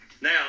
Now